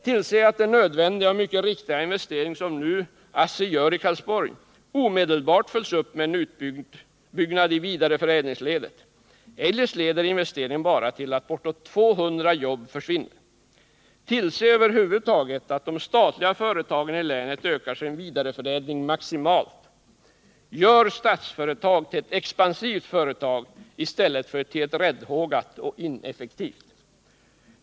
Tillse att | den nödvändiga och mycket riktiga investering som nu ASSI gör i Karlsborg omedelbart följs upp med en utbyggnad i vidareförädlingsledet. Eljest leder investeringen bara till att bortåt 200 jobb försvinner. Tillse över huvud taget att de statliga företagen i länet ökar sin vidareförädling maximalt. Gör | Statsföretag till ett expansivt företag i stället för till ett räddhågat och ineffektivt.